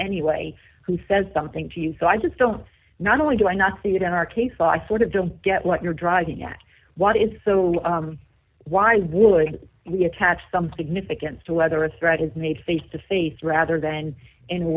anyway who says something to you so i just don't not only do i not see it in our case i sort of don't get what you're driving at what is so why would we attach some significance to whether a threat is made face to face rather than in a